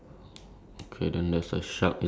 ya brown pants and cap